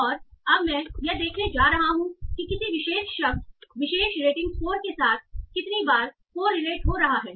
और अब मैं यह देखने जा रहा हूं कि किसी विशेष शब्द विशेष रेटिंग स्कोर के साथ कितनी बार कोरिलेट हो रहा है